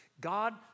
God